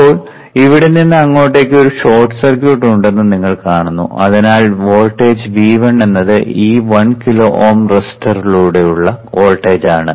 ഇപ്പോൾ ഇവിടെ നിന്ന് അങ്ങോട്ടേക്ക് ഒരു ഷോർട്ട് സർക്യൂട്ട് ഉണ്ടെന്ന് നിങ്ങൾ കാണുന്നു അതിനാൽ വോൾട്ടേജ് V1 എന്നത് ഈ 1 കിലോ Ω റെസിസ്റ്ററിലുള്ള വോൾട്ടേജാണ്